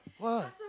what